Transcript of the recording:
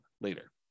later